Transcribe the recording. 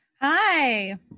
Hi